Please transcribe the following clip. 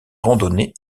randonnée